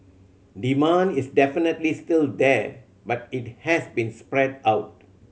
demand is definitely still there but it has been spread out